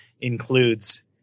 includes